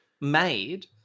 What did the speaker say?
made